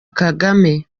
kagame